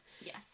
Yes